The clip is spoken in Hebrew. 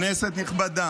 כנסת נכבדה,